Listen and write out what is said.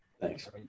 Thanks